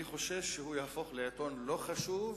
אני חושב שהוא יהפוך לעיתון לא חשוב,